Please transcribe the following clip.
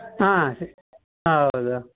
ಹಾಂ ಹೌದು